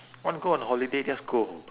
want go on holiday just go